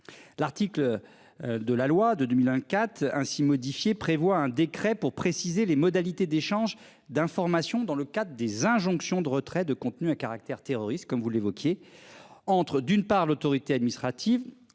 L'article. De la loi de 2001, 4 ainsi modifié prévoit un décret pour préciser les modalités d'échange d'informations dans le cadre des injonctions de retrait de contenus à caractère terroriste comme vous l'évoquiez entre d'une part l'autorité administrative